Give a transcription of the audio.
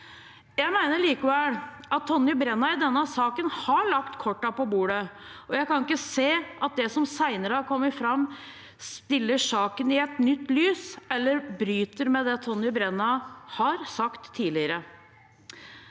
Jeg mener likevel at Tonje Brenna i denne saken har lagt kortene på bordet, og jeg kan ikke se at det som senere er kommet fram, stiller saken i et nytt lys eller bryter med det Tonje Brenna har sagt tidligere.